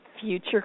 future